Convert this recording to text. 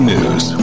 News